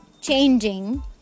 changing